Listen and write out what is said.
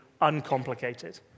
uncomplicated